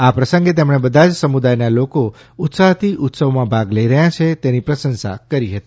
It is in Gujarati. આ પ્રસંગે તેમણે બધાજ સમુદાયના લોકો ઉત્સાહથી ઉત્સવમાં ભાગ લઇ રહ્યા છે તેની પ્રસંશા કરી હતી